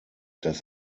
das